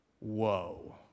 whoa